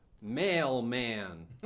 Mailman